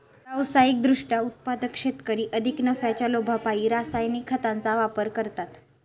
व्यावसायिक दृष्ट्या उत्पादक शेतकरी अधिक नफ्याच्या लोभापायी रासायनिक खतांचा वापर करतात